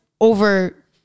over